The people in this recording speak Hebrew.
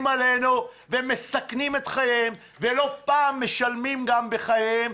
עלינו ומסכנים את חייהם ולא פעם משלמים גם בחייהם.